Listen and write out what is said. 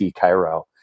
Cairo